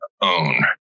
own